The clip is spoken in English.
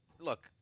look